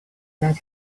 that